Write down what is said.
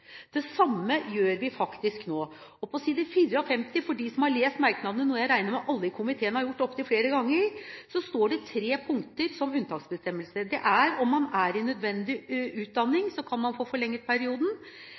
Det samme gjør vi faktisk nå. På side 54, for dem som har lest merknadene, noe jeg regner med alle i komiteen har gjort opp til flere ganger, står det tre punkter som unntaksbestemmelser. Det er at man kan få forlenget perioden hvis man er i nødvendig